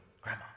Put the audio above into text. Grandma